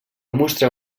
mostrar